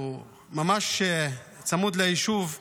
הוא ממש צמוד ליישוב,